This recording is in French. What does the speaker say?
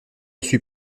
suis